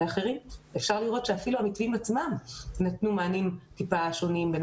אפשר לראות שאפילו המתווים עצמם נתנו מענים מעט שונים בין